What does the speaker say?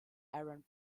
aaron